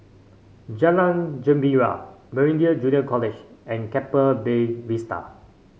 Jalan Gembira Meridian Junior College and Keppel Bay Vista